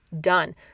Done